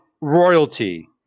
royalty